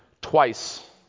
twice